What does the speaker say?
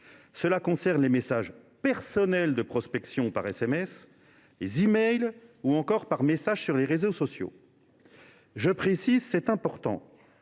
Cela concerne les messages personnels de prospection par SMS, e mails ou encore par messages sur les réseaux sociaux. Je précise, car c’est important,